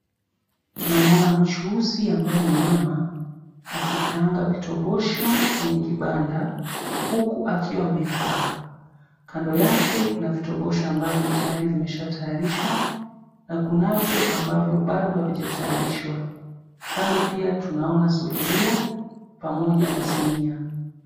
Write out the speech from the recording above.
Tunamuona mchuuzi ambaye ni mama akikaanga vitobosha kwenye kibanda huku akiwa amekaa, kando yake kuna vitobosha ambavyo tayari vishatayarishwa na kunavyo ambavyo bado havijatayarishwa, kando pia tunaona sufuria pamoja na sinia.